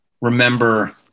remember